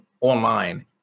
online